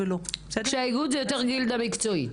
כשהאיגוד הוא יותר גילדה מקצועית?